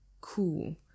Cool